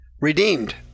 redeemed